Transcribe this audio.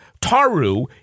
Taru